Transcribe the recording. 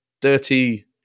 dirty